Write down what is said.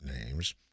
names